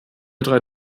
drei